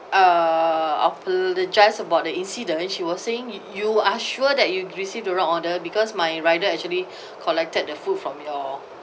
uh apologise about the incident she was saying you are sure that you received the wrong order because my rider actually collected the food from your